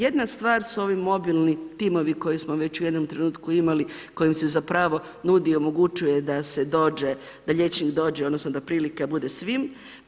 Jedna stvar su ovi mobilni timovi koje smo već u jednom trenutku imali kojim se zapravo nudi i omogućuje da se dođe, da liječnik dođe, odnosno da prilika bude svima.